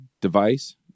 device